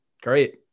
great